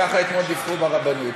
ככה אתמול דיווחו ברבנות,